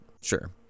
sure